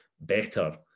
better